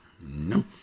no